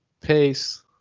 Peace